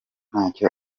nacyo